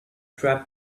trap